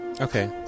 Okay